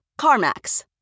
CarMax